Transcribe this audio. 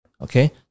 Okay